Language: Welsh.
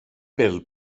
bil